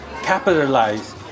capitalize